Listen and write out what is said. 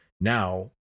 now